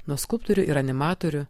nuo skulptorių ir animatorių